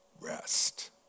Rest